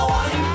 one